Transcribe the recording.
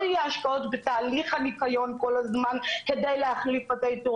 לא יהיו השקעות בתהליך הניקיון כל הזמן כדי להחליף פס ייצור,